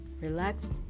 relaxed